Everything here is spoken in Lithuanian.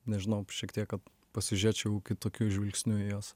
nežinau šiek tiek kad pasižiūrėčiau kitokiu žvilgsniu į juos